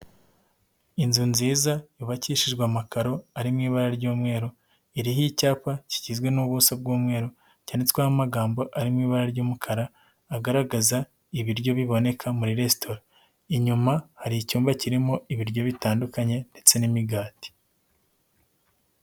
Inzu nziza yubakishijwe amakaro ari mu ibara ry'umweru, iriho icyapa kigizwe n'ubuso bw'umweru cyanditswemo amagambo ari mu ibara ry'umukara agaragaza ibiryo biboneka muri resitora, inyuma hari icyumba kirimo ibiryo bitandukanye ndetse n'imigati.